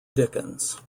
dickens